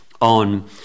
On